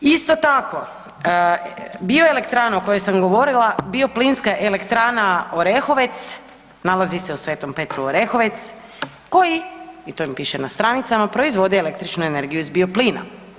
Isto tako, bioelektrana o kojoj sam govorila, bioplinska elektrana Orehovec, nalazi se u Sv. Petru Orehovec koji i to im piše na stranicama, proizvode električnu energiju iz bio plina.